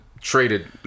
traded